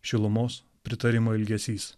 šilumos pritarimo ilgesys